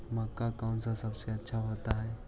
मक्का कौन सा सबसे अच्छा होता है?